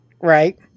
Right